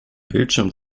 bildschirm